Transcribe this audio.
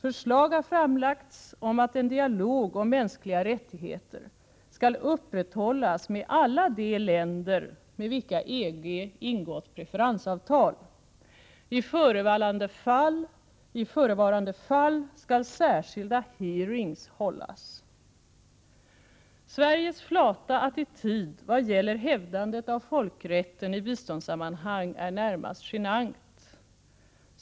Förslag har framlagts om att en dialog om mänskliga rättigheter skall upprätthållas med alla de länder med vilka EG ingått preferensavtal. I förevarande fall skall särskilda hearings hållas. Sveriges flata attityd vad gäller hävdandet av folkrätten i biståndssammanhang är närmast genant.